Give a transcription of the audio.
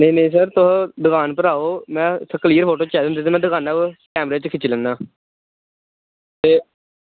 नेईं नेईं सर तुस दुकान पर आओ मैं इत्थै क्लियर फोटो चाहिदे होंदे ते मैं दुकाना पर कैमरे च खिच्ची लैन्ना ते